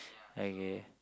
okay